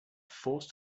forced